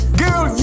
girl